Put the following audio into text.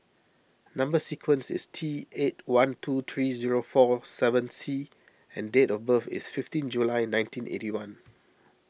Number Sequence is T eight one two three zero four seven C and date of birth is fifteen July nineteen eighty one